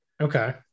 Okay